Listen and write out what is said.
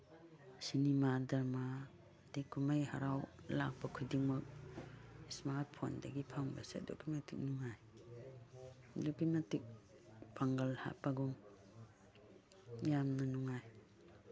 cinema drama ꯑꯗꯒꯤ ꯀꯨꯝꯍꯩ ꯍꯔꯥꯎ ꯂꯥꯛꯄ ꯈꯨꯗꯤꯡꯃꯛ ꯏꯁꯃꯥꯔꯠ ꯐꯣꯟꯗꯒꯤ ꯐꯪꯕꯁꯦ ꯑꯗꯨꯛꯀꯤ ꯃꯇꯤꯛ ꯅꯨꯡꯉꯥꯏ ꯑꯗꯨꯛꯀꯤ ꯃꯇꯤꯛ ꯄꯥꯡꯒꯜ ꯍꯥꯞꯄꯒꯨꯝ ꯌꯥꯝꯅ ꯅꯨꯡꯉꯥꯏ